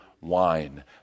wine